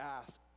ask